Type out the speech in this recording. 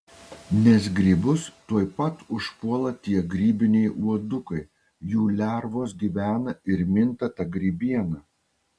nes grybus tuoj pat užpuola tie grybiniai uodukai jų lervos gyvena ir minta ta grybiena